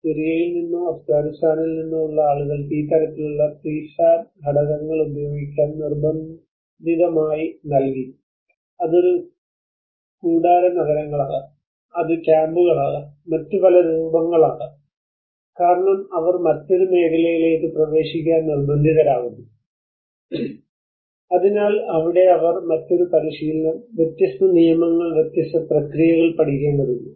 സിറിയയിൽ നിന്നോ അഫ്ഗാനിസ്ഥാനിൽ നിന്നോ ഉള്ള ആളുകൾക്ക് ഈ തരത്തിലുള്ള പ്രിഫാബ് ഘടകങ്ങൾ ഉപയോഗിക്കാൻ നിർബന്ധിതമായി നൽകി അത് ഒരു കൂടാരനഗരങ്ങളാകാം അത് ക്യാമ്പുകളാകാം മറ്റ് പല രൂപങ്ങളാകാം കാരണം അവർ മറ്റൊരു മേഖലയിലേക്ക് പ്രവേശിക്കാൻ നിർബന്ധിതരാകുന്നു അതിനാൽ അവിടെ അവർ മറ്റൊരു പരിശീലനം വ്യത്യസ്ത നിയമങ്ങൾ വ്യത്യസ്ത പ്രക്രിയകൾ പഠിക്കേണ്ടതുണ്ട്